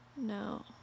No